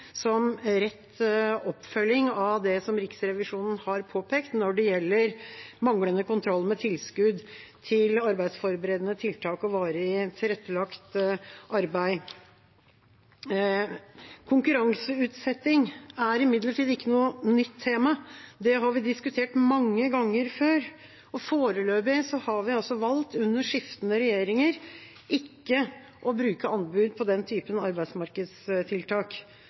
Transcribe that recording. som rett oppfølging av det som Riksrevisjonen har påpekt når det gjelder manglende kontroll med tilskudd til arbeidsforberedende tiltak og varig tilrettelagt arbeid. Konkurranseutsetting er imidlertid ikke noe nytt tema. Det har vi diskutert mange ganger før, og foreløpig har vi valgt – under skiftende regjeringer – ikke å bruke anbud for den typen arbeidsmarkedstiltak.